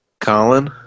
Colin